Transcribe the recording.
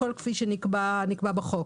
הכול כפי שנקבע בחוק.